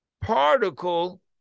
particle